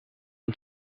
een